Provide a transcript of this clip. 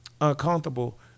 uncomfortable